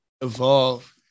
evolve